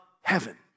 heaven